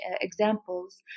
examples